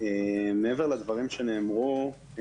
מעבר לדברים שנאמרו,